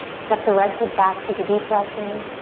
step the right foot back, take a deep breath in.